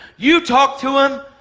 you talk to him.